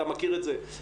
אתה מכיר את זה מהצבא.